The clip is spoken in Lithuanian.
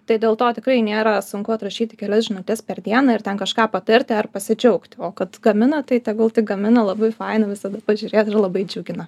tai dėl to tikrai nėra sunku atrašyt į kelias žinutes per dieną ir ten kažką patarti ar pasidžiaugti o kad gamina tai tegul tik gamina labai faina visada pažiūrėt ir labai džiugina